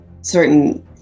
certain